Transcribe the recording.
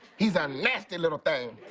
he's a nasty little thing.